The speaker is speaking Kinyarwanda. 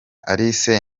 alice